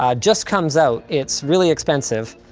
ah just comes out, it's really expensive.